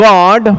God